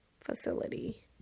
facility